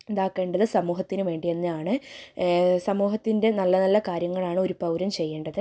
ഇതാക്കേണ്ടത് സമൂഹത്തിന് വേണ്ടി തന്നെയാണ് സമൂഹത്തിൻ്റെ നല്ല നല്ല കാര്യങ്ങളാണ് ഒരു പൗരൻ ചെയ്യേണ്ടത്